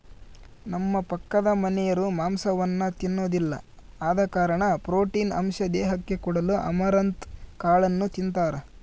ನಮ್ಮ ಪಕ್ಕದಮನೆರು ಮಾಂಸವನ್ನ ತಿನ್ನೊದಿಲ್ಲ ಆದ ಕಾರಣ ಪ್ರೋಟೀನ್ ಅಂಶ ದೇಹಕ್ಕೆ ಕೊಡಲು ಅಮರಂತ್ ಕಾಳನ್ನು ತಿಂತಾರ